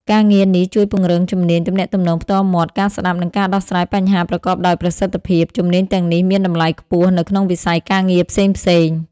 ការងារនេះជួយពង្រឹងជំនាញទំនាក់ទំនងផ្ទាល់មាត់ ការស្ដាប់ និងការដោះស្រាយបញ្ហាប្រកបដោយប្រសិទ្ធភាព។ ជំនាញទាំងនេះមានតម្លៃខ្ពស់នៅក្នុងវិស័យការងារផ្សេងៗ។